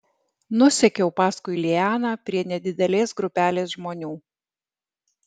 nusekiau paskui lianą prie nedidelės grupelės žmonių